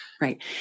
Right